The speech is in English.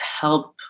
help